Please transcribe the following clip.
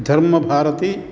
धर्मभारती